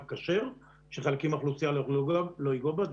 כשר ושחלקים מהאוכלוסייה לא יוכלו לנגוע בזה.